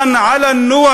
"עִמְדוּ